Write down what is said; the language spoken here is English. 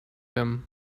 him